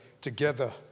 together